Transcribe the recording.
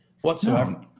Whatsoever